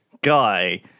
guy